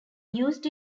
used